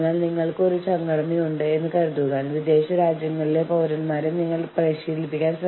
മദ്ധ്യസ്ഥനെ അവരുടെ താൽപ്പര്യങ്ങൾ പരിപാലിക്കാൻ തുല്യമായി വിശ്വസിക്കുന്നു